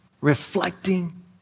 reflecting